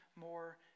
more